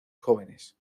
jóvenes